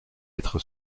être